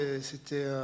c'était